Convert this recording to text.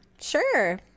Sure